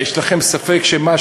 יש לכם ספק שמה,